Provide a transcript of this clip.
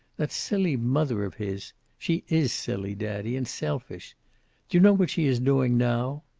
that silly mother of his she is silly, daddy, and selfish do you know what she is doing now?